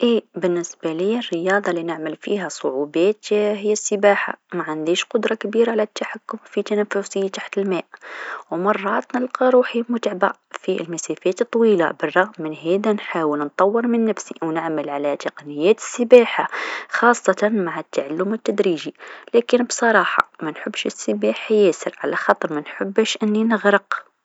إي بالنسبة ليا الرياضه لنعمل فيها صعوبات هي السباحه، معنديش قدرا كبيرا على التحكم في تنفسي تحت الماء و مرات نلقى روحي متعبه في المسافات الطويله برغم من هذا نحاول نطور من نفسي و نعمل على تقنيات السباحه خاصه مع التعلم التدريجي لكن بصراحه منحبش السباحه ياسر على خاطر منحبش إني نغرق.